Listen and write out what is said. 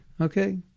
Okay